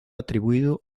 atribuido